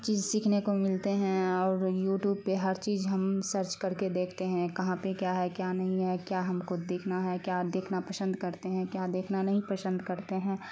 چیز سیکھنے کو ملتے ہیں اور یوٹوب پہ ہر چیز ہم سرچ کر کے دیکھتے ہیں کہاں پہ کیا ہے کیا نہیں ہے کیا ہم کو دیکھنا ہے کیا دیکھنا پسند کرتے ہیں کیا دیکھنا نہیں پسند کرتے ہیں